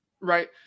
Right